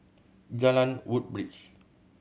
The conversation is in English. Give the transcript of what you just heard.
Jalan Woodbridge